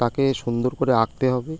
তাকে সুন্দর করে আঁকতে হবে